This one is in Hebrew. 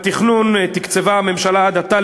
התכנון תקצבה הממשלה עד עתה,